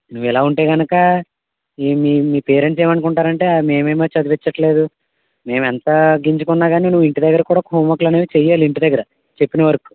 నువ్వు ఇలాగుంటే గనకా ఈ మీ మీ పేరెంట్స్ ఏమనుకుంటారంటే మేమేమో చదివించట్లేదు మేమెంత గింజుకున్నా కానీ ఇంటి దగ్గర హోమ్ వర్క్లనేవి చేయాలి ఇంటి దగ్గర చెప్పిన వర్కు